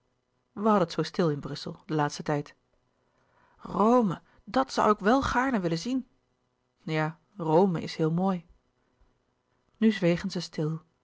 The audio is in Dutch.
wij hadden het zoo stil in brussel den laatsten tijd rome dat zoû ik wel gaarne willen zien ja rome is heel mooi nu zwegen zij stil